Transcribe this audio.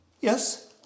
Yes